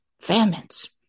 famines